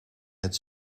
het